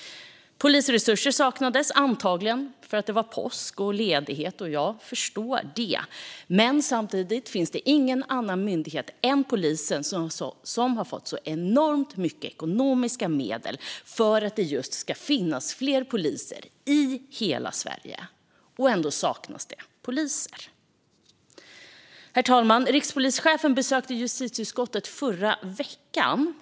Polisresurser saknades - antagligen för att det var påskledighet. Jag förstår det. Men samtidigt finns det ingen annan myndighet än Polismyndigheten som har fått så enormt mycket ekonomiska medel för att det just ska finnas fler poliser i hela Sverige. Ändå saknas det poliser. Herr talman! Rikspolischefen besökte justitieutskottet förra veckan.